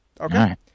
Okay